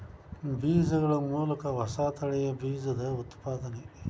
ಬೇಜಗಳ ಮೂಲಕ ಹೊಸ ತಳಿಯ ಬೇಜದ ಉತ್ಪಾದನೆ